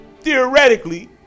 theoretically